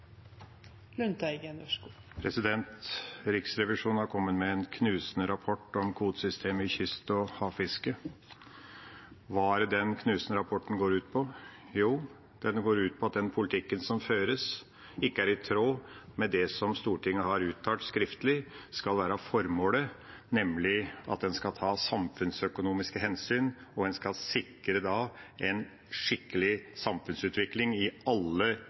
Riksrevisjonen har kommet med en knusende rapport om kvotesystemet i kyst- og havfisket. Hva den knusende rapporten går ut på? Jo, den går ut på at den politikken som føres, ikke er i tråd med det som Stortinget har uttalt skriftlig skal være formålet, nemlig at en skal ta samfunnsøkonomiske hensyn, og en skal sikre en skikkelig samfunnsutvikling i alle